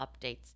updates